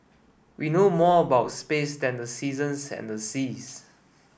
we know more about space than the seasons and the seas